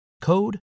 code